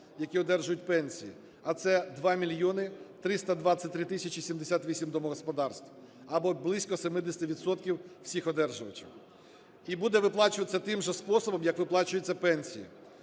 які одержують пенсії, а це 2 мільйони 323 тисячі 78 домогосподарств, або близько 70 відсотків всіх одержувачів. І буде виплачуватися тим же способом, як виплачуються пенсії: